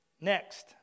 Next